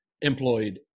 employed